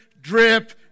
drip